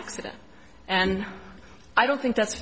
accident and i don't think that's